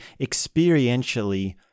experientially